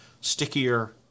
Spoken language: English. stickier